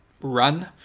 run